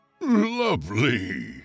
Lovely